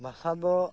ᱵᱷᱟᱥᱟ ᱫᱚ